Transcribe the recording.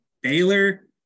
Baylor